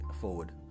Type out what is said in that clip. forward